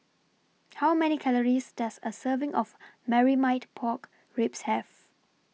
How Many Calories Does A Serving of Marmite Pork Ribs Have